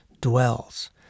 dwells